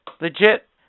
Legit